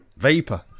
Vapor